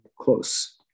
close